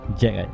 jack